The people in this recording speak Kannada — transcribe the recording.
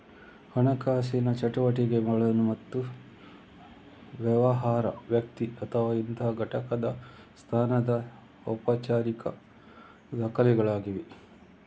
ಹಣಕಾಸಿನ ಚಟುವಟಿಕೆಗಳು ಮತ್ತು ವ್ಯವಹಾರ, ವ್ಯಕ್ತಿ ಅಥವಾ ಇತರ ಘಟಕದ ಸ್ಥಾನದ ಔಪಚಾರಿಕ ದಾಖಲೆಗಳಾಗಿವೆ